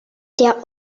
der